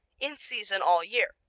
in season all year.